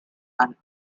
and